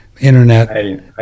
internet